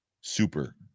Super